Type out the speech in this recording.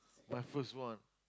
my first one